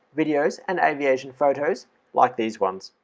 videos and aviation photos like these ones.